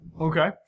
Okay